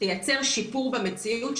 תייצר שיפור במציאות,